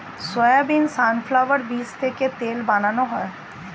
soybean, sunflower বীজ থেকে তেল বানানো হয়